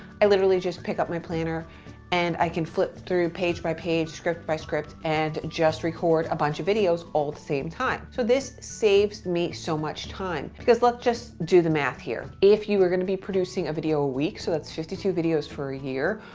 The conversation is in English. i literally just pick up my planner and i can flip through page by page, script by script, and just record a bunch of videos all at the same time. so this saves me so much time, because let's just do the math here if you were gonna be producing a video a week, so that's fifty two videos for a year,